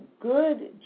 good